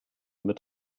mit